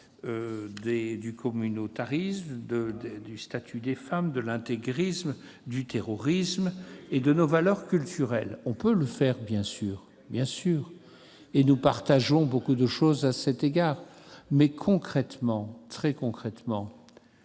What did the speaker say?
le communautarisme, le statut des femmes, l'intégrisme, le terrorisme et nos valeurs culturelles ? Oui ! On peut le faire, bien sûr, et nous partageons beaucoup de choses à cet égard. Néanmoins, très concrètement,